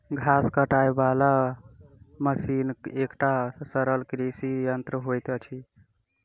घास काटय बला मशीन एकटा सरल कृषि यंत्र होइत अछि